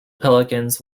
pelicans